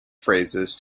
phrases